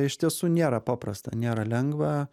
iš tiesų nėra paprasta nėra lengva